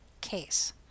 case